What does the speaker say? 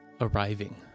arriving